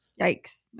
yikes